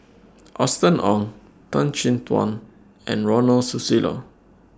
Austen Ong Tan Chin Tuan and Ronald Susilo